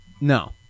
no